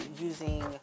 using